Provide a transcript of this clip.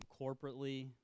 corporately